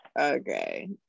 okay